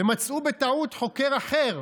ומצאו בטעות חוקר אחר,